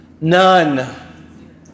None